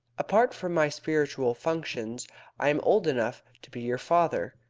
apart from my spiritual functions i am old enough to be your father.